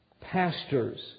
pastors